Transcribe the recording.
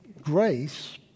grace